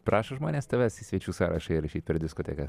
prašožmonės tavęs į svečių sąrašą įrašyt per diskotekas